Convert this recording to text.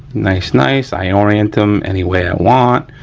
nice, nice, i orient them any way i want.